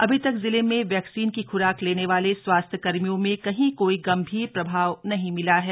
अभी तक जिले में वैक्सीन की खुराक लेने वाले स्वास्थ्य कर्मियों में कही कोई गंभीर प्रभाव नहीं मिला है